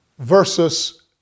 versus